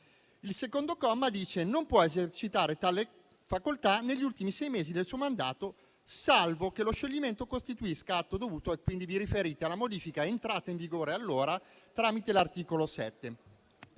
Il secondo comma prevede che non possa esercitare tale facoltà negli ultimi sei mesi del suo mandato, salvo che lo scioglimento costituisca atto dovuto e quindi vi riferite alla modifica entrata in vigore allora, tramite l'articolo 7.